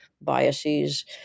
biases